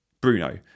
Bruno